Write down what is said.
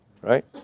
right